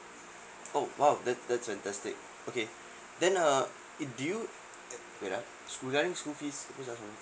oh !wow! that that's fantastic okay then uh do you err wait ah